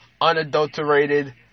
unadulterated